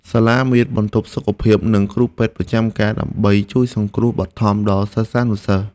សាលាមានបន្ទប់សុខភាពនិងគ្រូពេទ្យប្រចាំការដើម្បីជួយសង្គ្រោះបឋមដល់សិស្សានុសិស្ស។